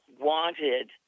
wanted